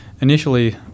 Initially